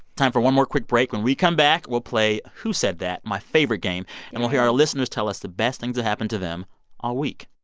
time for one more quick break. when we come back, we'll play who said that my favorite game and we'll hear our listeners tell us the best things that happened to them all week